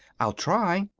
i'll try.